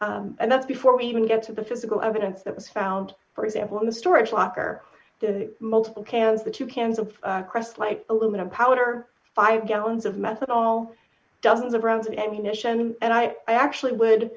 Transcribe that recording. and that's before we even get to the physical evidence that was found for example in the storage locker multiple cans the two cans of crest like aluminum powder five gallons of mass of all dozens of rounds of ammunition and i actually